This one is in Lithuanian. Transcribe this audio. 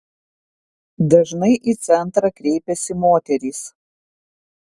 dažnai į centrą kreipiasi moterys